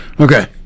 Okay